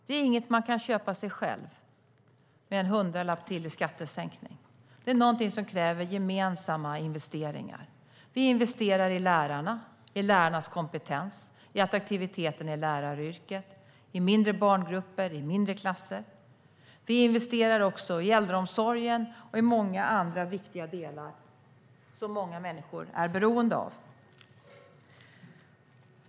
Det kan man inte köpa själv med en hundralapp till i skattesänkning, utan det kräver gemensamma investeringar. Vi investerar i lärarna, i lärarnas kompetens, i attraktiviteten i läraryrket, i mindre barngrupper och i mindre klasser. Vi investerar också i äldreomsorgen och i mycket annat viktigt som många människor är beroende av.